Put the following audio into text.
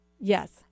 Yes